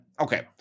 okay